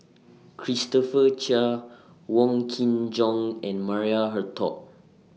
Christopher Chia Wong Kin Jong and Maria Hertogh